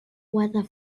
weather